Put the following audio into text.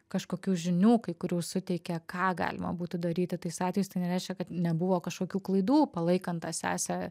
kažkokių žinių kai kurių suteikė ką galima būtų daryti tais atvejais tai nereiškia kad nebuvo kažkokių klaidų palaikant tą sesę